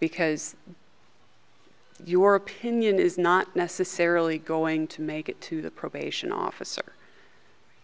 because your opinion is not necessarily going to make it to the probation officer